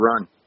run